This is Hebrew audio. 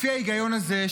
לפי ההיגיון הזה,